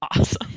Awesome